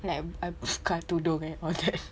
like I tudung and all that